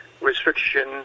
restriction